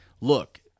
look